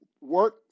work